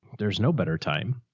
there's no better time.